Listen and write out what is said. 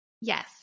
Yes